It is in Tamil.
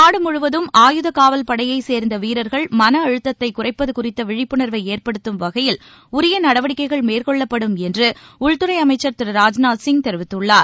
நாடு முழுவதும் ஆயுதக் காவல் படையை சேர்ந்த வீரர்கள் மனஅழுத்ததை குறைப்பது குறித்த விழிப்புணர்வை ஏற்படுத்தும் வகையில் உரிய நடவடிக்கைகள் மேற்கொள்ளப்படும் என்று உள்துறை அமைச்சர் திரு ராஜ்நாத் சிங் தெரிவித்துள்ளார்